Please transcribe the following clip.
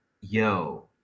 Yo